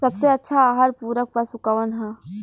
सबसे अच्छा आहार पूरक पशु कौन ह?